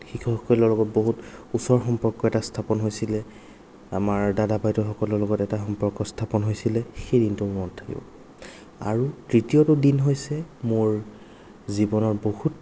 শিক্ষকসকলৰ লগত বহুত ওচৰৰ সম্পৰ্ক এটা স্থাপন হৈছিল আমাৰ দাদা বাইদেউসকলৰ লগত এটা সম্পৰ্ক স্থাপন হৈছিল সেই দিনটো মোৰ মনত থাকিব আৰু তৃতীয়টো দিন হৈছে মোৰ জীৱনৰ বহুত